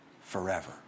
forever